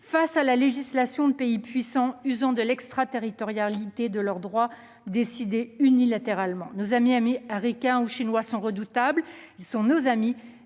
face à la législation de pays puissants usant de l'extraterritorialité de leur droit, décidée unilatéralement. Nos amis américains ou chinois sont redoutables ; ils sont nos amis,